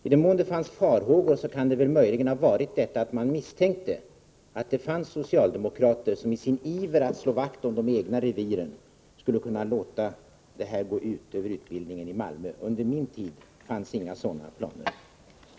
I den mån det fanns farhågor kan det möjligtvis ha varit därför att man misstänkte att det fanns socialdemokrater som i sin iver att slå vakt om de egna reviren skulle kunna låta det gå ut över utbildningen i Malmö. Under min tid fanns inga sådana planer. Överläggningen var härmed avslutad.